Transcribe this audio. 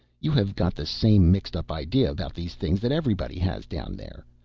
you have got the same mixed-up idea about these things that everybody has down there.